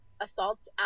Assault